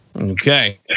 okay